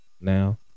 now